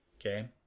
okay